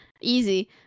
Easy